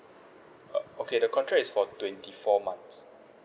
uh okay the contract is for twenty four months